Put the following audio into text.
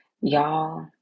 Y'all